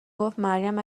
گفتمریم